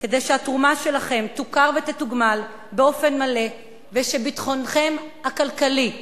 כדי שהתרומה שלכם תוכר ותתוגמל באופן מלא ושביטחונכם הכלכלי יישמר.